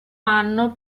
anno